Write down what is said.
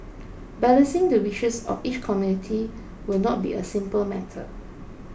balancing the wishes of each community will not be a simple matter